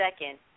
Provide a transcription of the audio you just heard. second